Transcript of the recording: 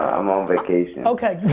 i'm on vacation. okay,